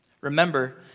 Remember